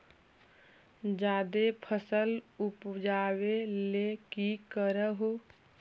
जादे फसल उपजाबे ले की कर हो?